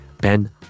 ben